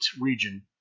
region